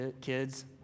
kids